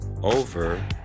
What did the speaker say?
over